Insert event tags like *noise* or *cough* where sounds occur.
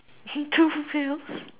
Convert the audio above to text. *laughs* two wheels